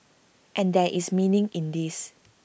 and there is meaning in this